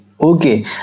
Okay